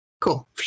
Cool